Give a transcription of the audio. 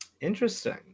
Interesting